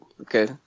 Okay